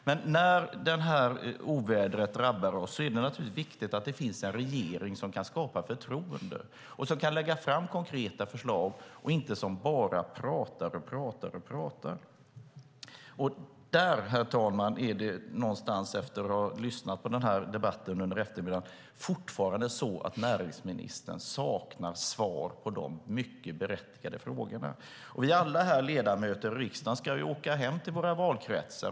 Men när det här ovädret drabbar oss är det naturligtvis viktigt att det finns en regering som kan skapa förtroende och som kan lägga fram konkreta förslag, inte en som bara pratar och pratar. Där någonstans, herr talman, kan jag efter att ha lyssnat på den här debatten under eftermiddagen konstatera att det fortfarande är så att näringsministern saknar svar på de mycket berättigade frågorna. Alla vi ledamöter här i riksdagen ska ju åka hem till våra valkretsar.